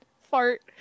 fart